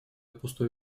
пустое